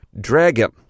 dragon